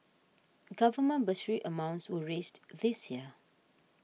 government bursary amounts were raised this year